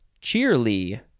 cheerly